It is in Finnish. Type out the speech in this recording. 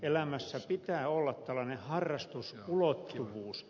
elämässä pitää olla tällainen harrastusulottuvuus